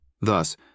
Thus